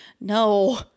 No